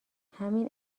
همین